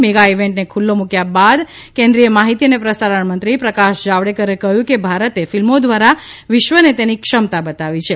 mega ઇવેન્ટને ખુલ્લો મુકયા બાદ કેન્દ્રિય માફીતી અને પ્રસારણમંત્રી પ્રકાશ જાવડેકરે કહ્યું કે ભારતે ફિલ્મો દ્વારા વિશ્વને તેની ક્ષમતા બતાવી છે